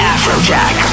Afrojack